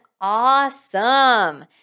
awesome